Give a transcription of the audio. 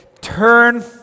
turn